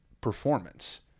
performance